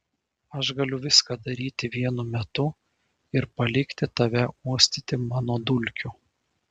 aš galiu viską daryti vienu metu ir palikti tave uostyti mano dulkių